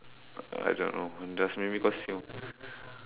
I don't know just maybe cause he